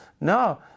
No